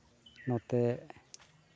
ᱱᱚᱛᱮ